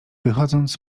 wychodząc